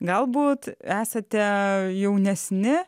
galbūt esate jaunesni